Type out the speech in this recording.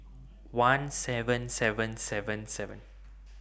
one seven seven seven seven